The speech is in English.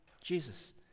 Jesus